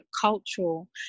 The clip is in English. cultural